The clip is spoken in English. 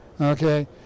okay